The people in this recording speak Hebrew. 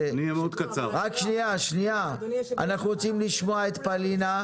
אנחנו רוצים לשמוע את פאלינה,